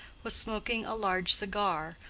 was smoking a large cigar,